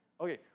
Okay